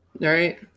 Right